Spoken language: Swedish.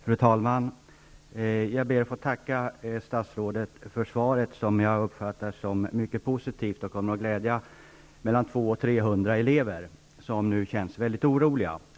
Fru talman! Jag ber att få tacka statsrådet för svaret, som jag uppfattar som mycket positivt och som kommer att glädja 200--300 elever som nu känner sig väldigt oroliga.